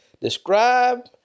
Describe